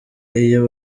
iyo